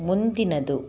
ಮುಂದಿನದು